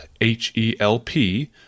H-E-L-P